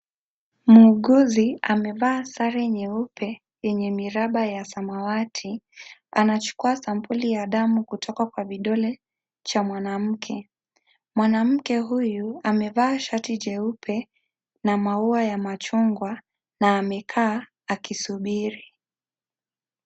Muuguzi amevaa sare nyeupe yenye miraba ya samawati. Anachukua sampuli ya damu kutoka kwa vidole Cha mwanamke. Mwanamke huyu amevaa shati jeupe na maua ya machungwa na amekaa akisubiri.